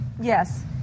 Yes